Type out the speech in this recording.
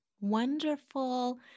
Wonderful